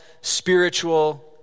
spiritual